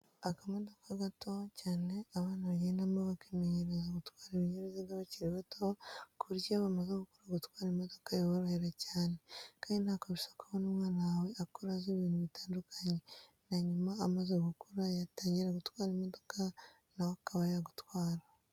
Akamodoka gato cyane abana bagendamo bakimenyereza gutwara ibinyabiziga bakiri bato ku buryo iyi bamaze gukura gutwara imodoka biborohera cyane, kandi ntako bisa kubona umwana wawe akura azi ibintu bitandukanye, na nyuma amaze gukura yatangira gutwara imodoka, nawe akaba yagutwara.